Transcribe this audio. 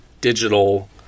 digital